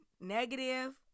negative